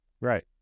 Right